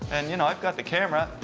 and, you know, i've got the camera,